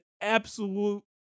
absolute